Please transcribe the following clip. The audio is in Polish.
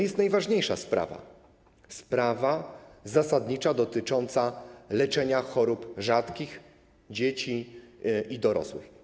I najważniejsza sprawa, sprawa zasadnicza dotycząca leczenia chorób rzadkich dzieci i dorosłych.